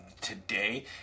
today